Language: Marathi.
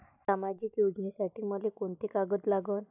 सामाजिक योजनेसाठी मले कोंते कागद लागन?